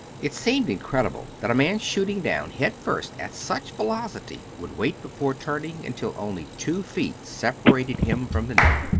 it seemed incredible that a man shooting down, head first, at such velocity would wait before turning until only two feet separated him from the net.